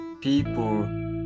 people